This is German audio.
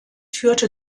führte